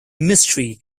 mystery